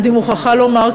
אני מוכרחה לומר,